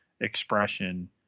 expression